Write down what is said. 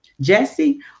Jesse